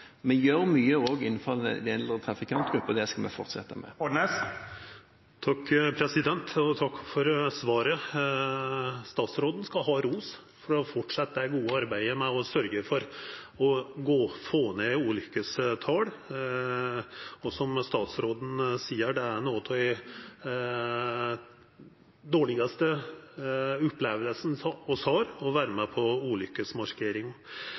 Vi gjør mye også innenfor den eldre trafikantgruppen, og det skal vi fortsette med. Takk for svaret. Statsråden skal ha ros for å fortsetja det gode arbeidet med å sørgja for å få ned ulykkestala. Som statsråden seier her: Det er nokre av dei dårlegaste opplevingane vi har, å vera med